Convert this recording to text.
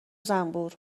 زنبور